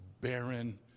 barren